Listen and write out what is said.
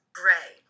gray